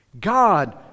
God